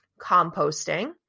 composting